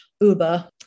Uber